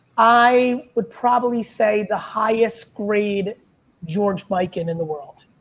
i would probably say the highest grade george mikan in the world.